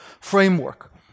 framework